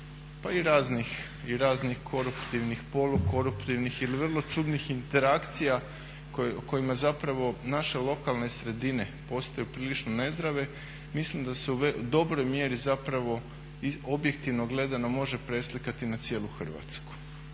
pa i raznih koruptivnih, polukoruptivnih ili vrlo čudnih interakcija u kojima zapravo naše lokalne sredine postaju prilično nezdrave, mislim da se u dobroj mjeri zapravo objektivno gledano može preslikati na cijelu Hrvatsku.